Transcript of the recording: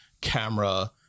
camera